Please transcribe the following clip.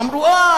אמרו: אה,